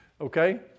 okay